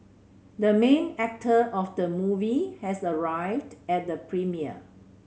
the main actor of the movie has arrived at the premiere